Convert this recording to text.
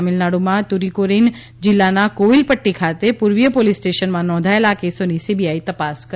તમિળનાડુમાં તુરીકોરીન જિલ્લાના કોવિલપટ્ટી ખાતે પૂર્વીય પોલીસ સ્ટેશનમાં નોંધાયેલા આ કેસોની સીબીઆઈ તપાસ કરી રહી છે